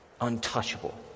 untouchable